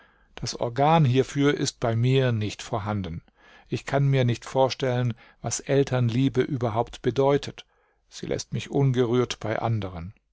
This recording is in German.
das organ hierfür ist bei mir nicht vorhanden ich kann mir nicht vorstellen was elternliebe überhaupt bedeutet sie läßt mich ungerührt bei anderen